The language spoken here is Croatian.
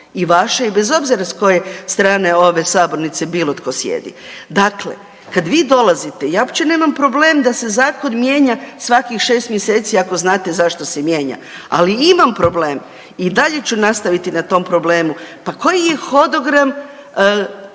I vaša i bez obzira s koje strane ove sabornice bilo tko sjedi. Dakle, kad vi dolazite, ja uopće nemam problem da se zakon mijenja svakih 6 mjeseci ako znate zašto se mijenja, ali imam problem i dalje ću nastaviti na tom problemu, pa koji je hodogram